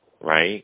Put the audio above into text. right